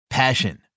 Passion